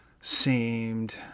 seemed